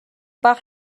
бага